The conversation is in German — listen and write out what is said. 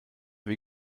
wie